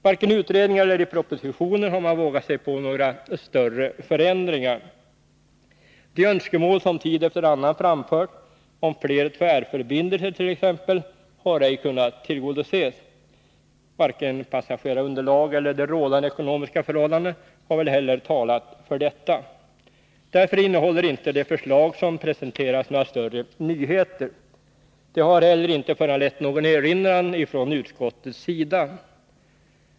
Varken inom utredningen eller i propositionen har man vågat sig på några större förändringar. De önskemål som tid efter annan framförts om fler tvärförbindelser t.ex. har ej kunnat tillgodoses. Varken passagerarunderlaget eller de rådande ekonomiska förhållandena har väl heller talat för detta. Därför innehåller inte det förslag som presenteras några större nyheter, och det har inte föranlett någon erinran från utskottets sida.